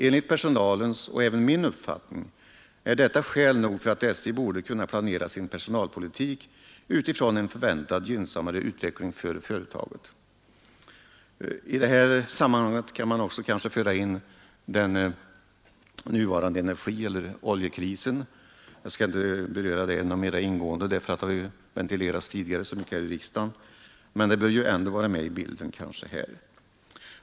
Enligt personalens och min uppfattning är detta skäl nog för att SJ borde kunna planera sin personalpolitik utifrån en förväntad gynnsammare utveckling I detta sammanhang kan man kanske också nämna den nuvarande oljekrisen. Jag skall inte beröra den mera ingående, eftersom den tidigare har ventilerats så mycket här i riksdagen, men den bör kanske ändå tas med i bilden i detta sammanhang.